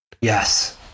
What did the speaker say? yes